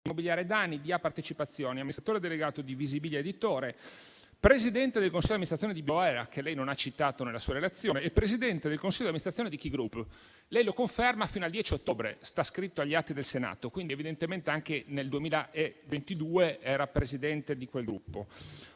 Immobiliare Dani, D1 Partecipazioni, amministratore delegato di Visibilia Editore, presidente del consiglio di amministrazione di Bioera, che lei non ha citato nella sua relazione, e presidente del consiglio di amministrazione di Ki Group. Lei lo conferma fino al 10 ottobre: sta scritto agli atti del Senato. Quindi, evidentemente, anche nel 2022 era presidente di quel gruppo,